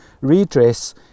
redress